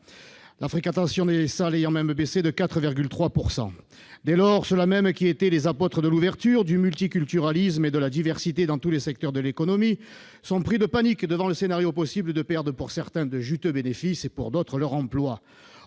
La fréquentation des salles a même baissé de 4,3 %. Dès lors, ceux-là mêmes qui étaient les apôtres de l'ouverture, du multiculturalisme et de la diversité dans tous les secteurs de l'économie sont pris de panique devant le scénario possible de la perte, pour certains, de juteux bénéfices, et, pour d'autres, de leur emploi.